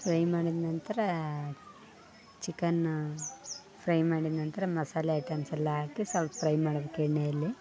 fry ಮಾಡಿದ ನಂತರ chicken fry ಮಾಡಿದ ನಂತರ ಮಸಾಲೆ ಐಟಮ್ಸ್ ಎಲ್ಲ ಹಾಕಿ ಸ್ವಲ್ಪ್ ಫ್ರೈ ಮಾಡ್ಬೇಕು ಎಣ್ಣೆಯಲ್ಲಿ